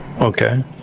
Okay